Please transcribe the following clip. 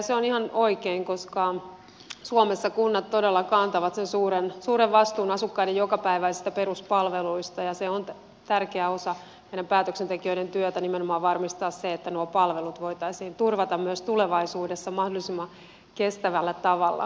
se on ihan oikein koska suomessa kunnat todella kantavat sen suuren vastuun asukkaiden jokapäiväisistä peruspalveluista ja on tärkeä osa meidän päätöksentekijöiden työtä nimenomaan varmistaa että nuo palvelut voitaisiin turvata myös tulevaisuudessa mahdollisimman kestävällä tavalla